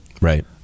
Right